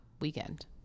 weekend